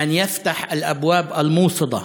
ולפתוח דלתות סגורות.